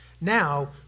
Now